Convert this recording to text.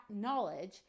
knowledge